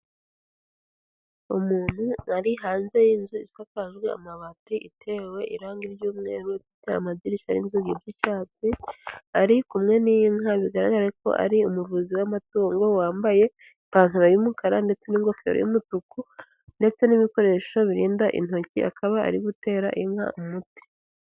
Umuntu ari hanze y'inzu isakajwe amabati itewe irangi ry'umweru ifite amadirishya n'inzugi by'icyatsi, ari kumwe n'inka bigaragareko ari umuvuzi w'amatungo wambaye ipantaro y'umukara ndetse n'ingofero y'umutuku, ndetse n'ibikoresho birinda intoki akaba ari gutera inka umuti